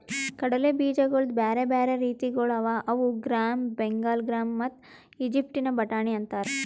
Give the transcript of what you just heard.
ಕಡಲೆ ಬೀಜಗೊಳ್ದು ಬ್ಯಾರೆ ಬ್ಯಾರೆ ರೀತಿಗೊಳ್ ಅವಾ ಅವು ಗ್ರಾಮ್, ಬೆಂಗಾಲ್ ಗ್ರಾಮ್ ಮತ್ತ ಈಜಿಪ್ಟಿನ ಬಟಾಣಿ ಅಂತಾರ್